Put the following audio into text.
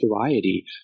variety